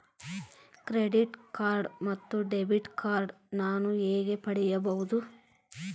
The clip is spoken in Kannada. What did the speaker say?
ಕ್ರೆಡಿಟ್ ಕಾರ್ಡ್ ಮತ್ತು ಡೆಬಿಟ್ ಕಾರ್ಡ್ ನಾನು ಹೇಗೆ ಪಡೆಯಬಹುದು?